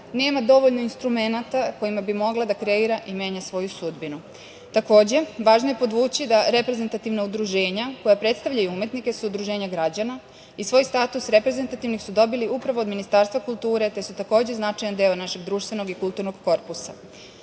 nema dovoljno instrumenata kojima bi mogla da kreira i menja svoju sudbinu. Takođe, važno je podvući da reprezentativna udruženja koja predstavljaju umetnike su udruženja građana i svoj status reprezentativnih su dobili upravo od Ministarstva kulture, te su takođe značajan deo naše društvenog i kulturnog korpusa. Sigurno